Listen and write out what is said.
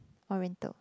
Oriental